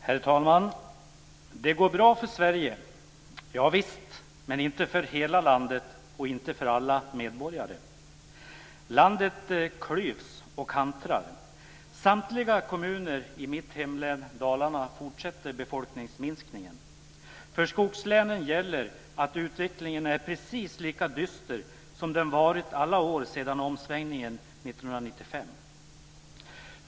Herr talman! Det går bra för Sverige, javisst, men inte för hela landet och inte för alla medborgare. Landet klyvs och kantrar. I samtliga kommuner mitt hemlän Dalarna fortsätter befolkningsminskningen. För skogslänen gäller att utvecklingen är precis lika dyster som den varit alla år sedan omsvängningen 1995.